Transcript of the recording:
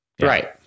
Right